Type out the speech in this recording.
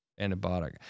antibiotic